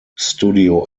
studio